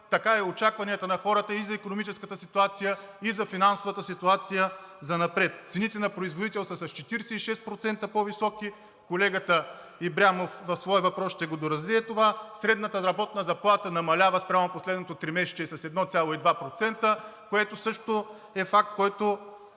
така и очакванията на хората и за икономическата ситуация, и за финансовата ситуация занапред – цените на производител са с 46% по-високи и колегата Ибрямов в своя въпрос ще го доразвие това. Средната работна заплата намалява спрямо последното тримесечие с 1,2%, което също е факт, който